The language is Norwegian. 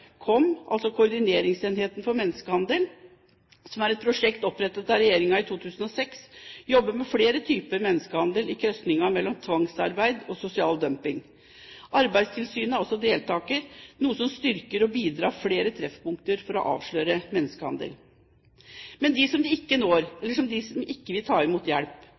KOM, altså koordineringsenheten for menneskehandel, som er et prosjekt opprettet av regjeringen i 2006, jobber med flere typer menneskehandel i krysningen mellom tvangsarbeid og sosial dumping. Arbeidstilsynet er også deltaker, noe som styrker og bidrar til flere treffpunkter for å avsløre menneskehandel. Men hva med dem som vi ikke når, eller som ikke vil ta imot hjelp?